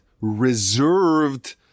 reserved